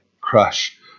crush